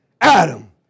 Adam